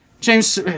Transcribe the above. James